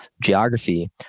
geography